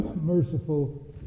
Merciful